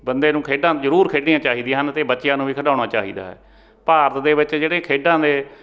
ਬੰਦੇ ਨੂੰ ਖੇਡਾਂ ਜਰੂਰ ਖੇਡਣੀਆਂ ਚਾਹੀਦੀਆਂ ਹਨ ਅਤੇ ਬੱਚਿਆਂ ਨੂੰ ਵੀ ਖਿਡਾਉਣਾ ਚਾਹੀਦਾ ਹੈ ਭਾਰਤ ਦੇ ਵਿੱਚ ਜਿਹੜੇ ਖੇਡਾਂ ਦੇ